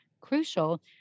crucial